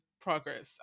progress